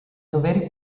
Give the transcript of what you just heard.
doveri